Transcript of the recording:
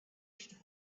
should